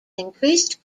increased